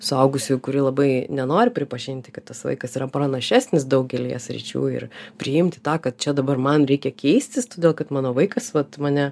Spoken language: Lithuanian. suaugusiųjų kurie labai nenori pripažinti kad tas vaikas yra pranašesnis daugelyje sričių ir priimti tą ką čia dabar man reikia keistis todėl kad mano vaikas vat mane